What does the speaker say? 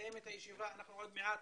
לסיים את הישיבה, אנחנו עוד מעט